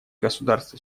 государства